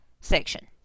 section